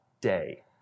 day